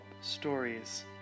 stories